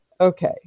Okay